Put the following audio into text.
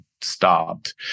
stopped